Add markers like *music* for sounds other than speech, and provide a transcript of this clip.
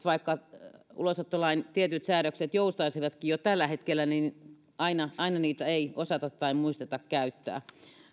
*unintelligible* vaikka ulosottolain tietyt säädökset joustaisivatkin jo tällä hetkellä niin aina juuri siellä käytännön tilanteissa niitä ei osata tai muisteta käyttää